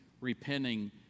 repenting